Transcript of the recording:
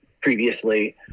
previously